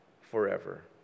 forever